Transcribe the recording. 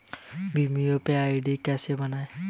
Bhim UPI ID कैसे बनाएं?